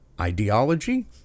ideology